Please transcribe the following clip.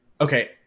Okay